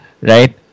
Right